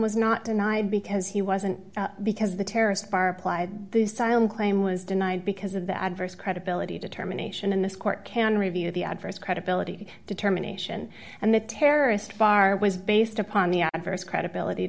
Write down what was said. was not denied because he wasn't because the terrorist bar applied this time claim was denied because of the adverse credibility determination in this court can review the adverse credibility determination and the terrorist bar was based upon the adverse credibility